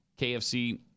KFC